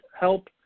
help